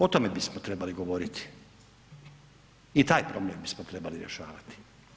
O tome bismo trebali govoriti i taj problem bismo trebali rješavati.